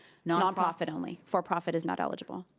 nonprofit only. for profit is not eligible.